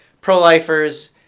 pro-lifers